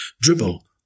Dribble